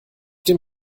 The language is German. dem